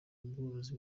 ubworozi